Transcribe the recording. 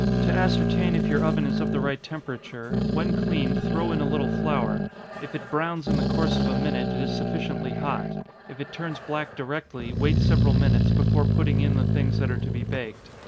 to ascertain if your oven is of the right temperature, when cleaned, throw in a little flour if it browns in the course of a minute, it is sufficiently hot if it turns black directly, wait several minutes, before putting in the things that are to be baked.